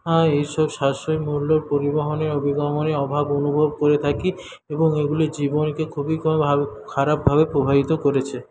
এইসব সাশ্রয়ী মূল্যের পরিবহনের অভিগমনে অভাব অনুভব করে থাকি এবং এগুলি জীবনকে খুবই কম আর খারাপভাবে প্রভাবিত করেছে